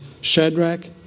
Shadrach